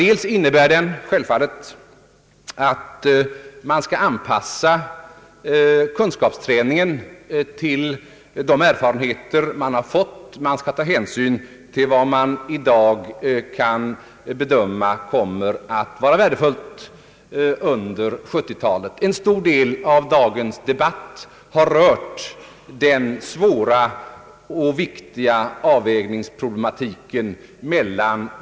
Delvis innebär det självfallet att kunskapsträningen skall anpassas till de erfarenheter man har fått. Man skall ta hänsyn till vad man i dag kan bedöma kommer att vara värdefullt under 1970-talet. En stor del av dagens debatt har rört den svåra och viktiga problematiken om avvägningen mellan de enskilda ämnena på läroplanen.